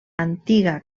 antiga